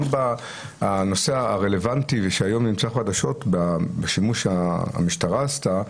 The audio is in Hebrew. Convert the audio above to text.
גם הנושא הרלוונטי שהיום נמצא בחדשות בשימוש שהמשטרה עשתה,